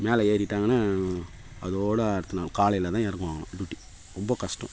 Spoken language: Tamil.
மேலே ஏறிவிட்டாங்கன்னா அதோடு அடுத்த நாள் காலையில் தான் இறங்குவாங்களாம் டூட்டி ரொம்ப கஸ்டம்